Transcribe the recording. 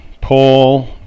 Paul